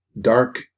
Dark